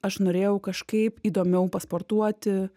aš norėjau kažkaip įdomiau pasportuoti